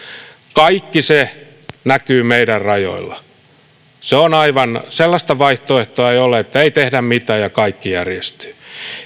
kaikki se näkyy meidän rajoillamme sellaista vaihtoehtoa ei ole että ei tehdä mitään ja kaikki järjestyy